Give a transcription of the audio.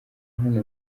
hano